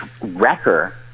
wrecker